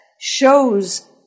shows